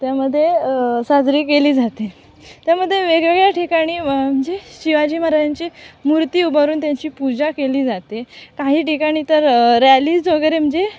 त्यामध्ये साजरी केली जाते त्यामध्ये वेगवेगळ्या ठिकाणी म्हणजे शिवाजी महाराजांची मूर्ती उभारून त्यांची पूजा केली जाते काही ठिकाणी तर रॅलीज वगैरे म्हणजे